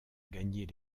gagner